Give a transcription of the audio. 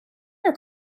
are